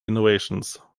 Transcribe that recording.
innovations